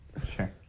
Sure